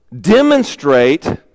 demonstrate